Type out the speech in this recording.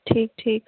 ٹھیٖک ٹھیٖک